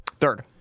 Third